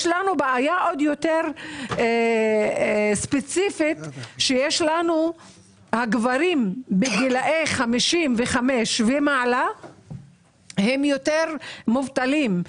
יש לנו בעיה יותר ספציפית שגברים בגיל 55 ומעלה הם יותר מובטלים.